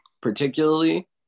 particularly